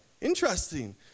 interesting